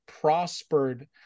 prospered